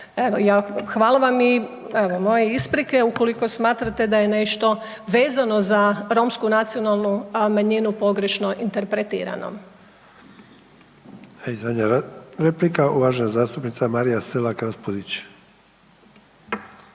Evo moje isprike ukoliko smatrate da je nešto vezano za romsku nacionalnu manjina pogrešno interpretirano.